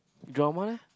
drama eh